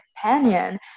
companion